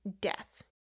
death